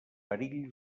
perill